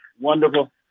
wonderful